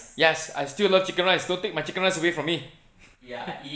yes I still love chicken rice don't take my chicken rice away from me